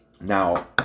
Now